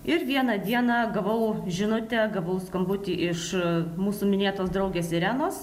ir vieną dieną gavau žinutę gavau skambutį iš mūsų minėtos draugės irenos